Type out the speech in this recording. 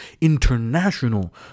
international